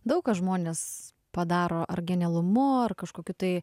daug ką žmonės padaro ar genialumu ar kažkokiu tai